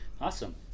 Awesome